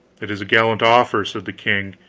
it is a gallant offer, said the king,